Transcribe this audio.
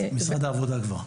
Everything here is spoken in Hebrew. משרד העבודה כבר.